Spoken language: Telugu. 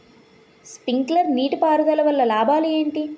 స్ప్రింక్లర్ నీటిపారుదల వల్ల లాభాలు ఏంటి?